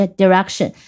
direction